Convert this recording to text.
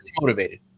motivated